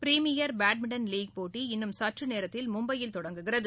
premier badminton league போட்டி இன்னும் சற்றுநேரத்தில் மும்பையில் தொடங்குகிறது